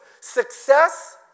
success